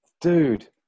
dude